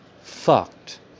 fucked